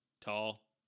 tall